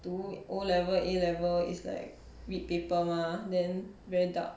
读 o level a level is like read paper mah then very dark